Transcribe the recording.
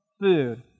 food